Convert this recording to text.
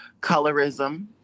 colorism